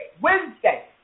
Wednesday